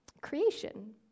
creation